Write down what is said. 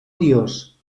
dios